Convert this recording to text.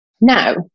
Now